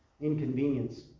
inconvenience